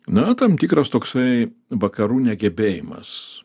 na tam tikras toksai vakarų negebėjimas